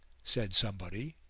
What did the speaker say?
said somebody,